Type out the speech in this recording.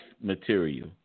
material